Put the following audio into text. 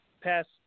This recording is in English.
past